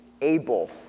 able